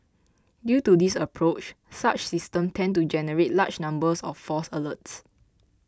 due to this approach such systems tend to generate large numbers of false alerts